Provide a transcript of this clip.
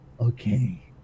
Okay